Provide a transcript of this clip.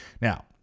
now